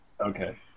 Okay